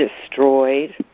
destroyed